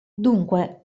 dunque